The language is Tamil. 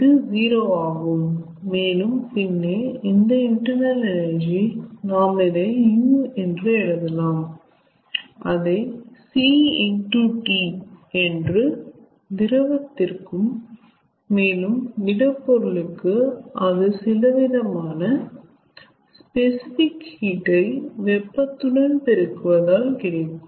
இது 0 ஆகும் மேலும் பின்னே இந்த இன்டெர்னல் எனர்ஜி நாம் இதை u என்று எழுதலாம் அதை C into T என்று திரவத்திற்கும் மேலும் திடப்பொருளுக்கு அது சிலவிதமான ஸ்பெசிபிக் ஹீட் ஐ வெப்பத்துடன் பெருகுவதால் கிடைக்கும்